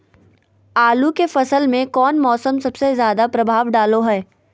आलू के फसल में कौन मौसम सबसे ज्यादा प्रभाव डालो हय?